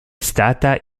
stata